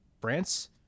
France